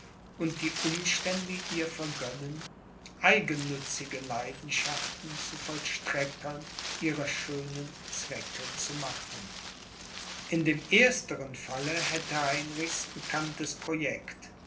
und die umstände ihr vergönnen eigennützige leidenschaften zu vollstreckern ihrer schönen zwecke zu machen in dem erstern falle hätte heinrichs bekanntes projekt